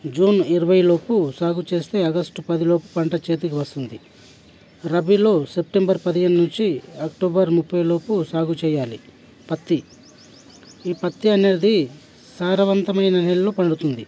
June ఇరవై లోపు సాగు చేస్తే ఆగస్టు పదిలోపు పంట చేతికి వస్తుంది రబీలో సెప్టెంబర్ పదిహేను నుంచి అక్టోబర్ ముప్ఫై లోపు సాగు చేయాలి పత్తి ఈ పత్తి అనేది సారవంతమైన నేలలో పండుతుంది